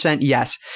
yes